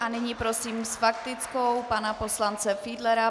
A nyní prosím s faktickou pana poslance Fiedlera.